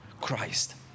christ